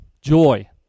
joy